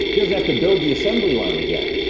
he just have to build the assembly line again.